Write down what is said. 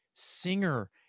singer